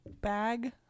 bag